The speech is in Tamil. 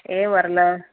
ஏன் வரல